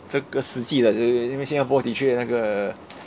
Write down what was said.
这个世纪的对不对因为新加坡的确那个